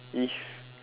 if